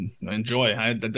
Enjoy